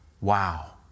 Wow